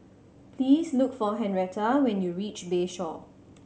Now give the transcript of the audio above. please look for Henretta when you reach Bayshore